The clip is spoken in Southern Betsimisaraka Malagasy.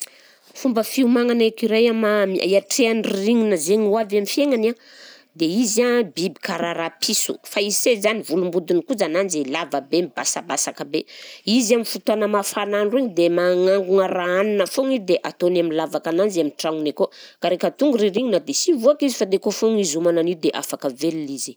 Fomba fiomagnan'ny écureuil amamy-iatrehany ririnina izagny ho avy amin'ny fiaignany an, dia izy a biby karaha rapiso, fa ise zany volom-bodiny kojananjy lava be mibasabasaka be, izy a amin'ny fotoana mafan'andro igny dia magnangona raha hanina foagna izy dia ataony amin'ny lavakananjy amin'ny tragnony akao, ka reheka tonga i ririnina dia sy mivoaka izy fa dia kofogny izy homana an'io dia afaka velona izy